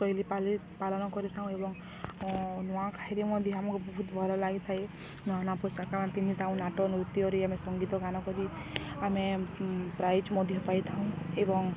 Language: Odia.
ଶୈଳୀ ପାଳନ କରିଥାଉଁ ଏବଂ ନୂଆଖାଇରେ ମଧ୍ୟ ଆମକୁ ବହୁତ ଭଲ ଲାଗିଥାଏ ନୂଆ ନୂଆ ପୋଷାକ ଆମେ ପିନ୍ଧିଥାଉ ନାଟକ ନୃତ୍ୟରେ ଆମେ ସଙ୍ଗୀତ ଗାନ କରି ଆମେ ପ୍ରାଇଜ୍ ମଧ୍ୟ ପାଇଥାଉଁ ଏବଂ